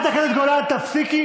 אתם